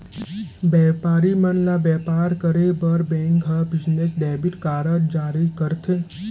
बयपारी मन ल बयपार करे बर बेंक ह बिजनेस डेबिट कारड जारी करथे